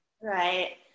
Right